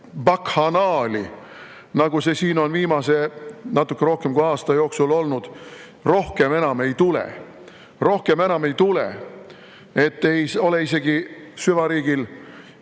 bakhanaali, nagu see siin on viimase natuke rohkem kui aasta jooksul olnud, rohkem enam ei tule. Rohkem enam ei tule! [Loodan,] et ei ole isegi süvariigil